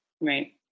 Right